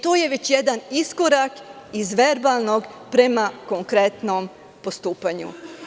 To je već jedan iskorak iz verbalnog prema konkretnog postupanju.